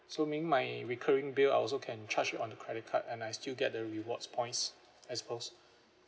so meaning my recurring bill I also can charge on the credit card and I still get the rewards points as supposed